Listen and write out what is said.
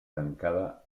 tancada